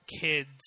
kids